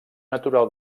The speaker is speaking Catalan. natural